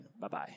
Bye-bye